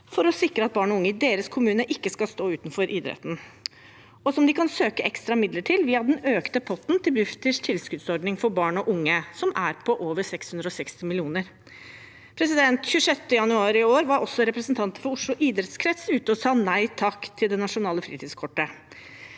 for å sikre at barn og unge i deres kommune ikke skal stå utenfor idretten, og som de kan søke ekstra midler til via den økte potten til Bufdirs tilskuddsordning for barn og unge, som er på over 660 mill. kr. Den 26. januar i år var også representanter for Oslo idrettskrets ute og sa nei takk til det nasjonale fritidskortet.